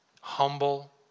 humble